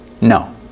no